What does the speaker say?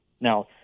now